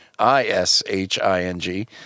I-S-H-I-N-G